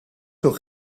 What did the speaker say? nog